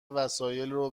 وسایلارو